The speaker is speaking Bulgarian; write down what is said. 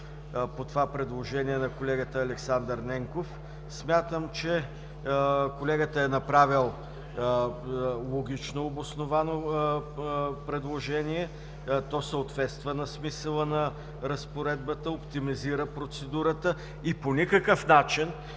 по това предложение на колегата Александър Ненков. Смятам, че колегата е направил логично обосновано предложение. То съответства на смисъла на разпоредбата, оптимизира процедурата и по никакъв начин